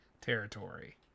territory